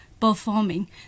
performing